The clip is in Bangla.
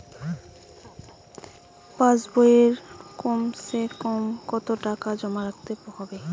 পাশ বইয়ে কমসেকম কত টাকা জমা রাখতে হবে?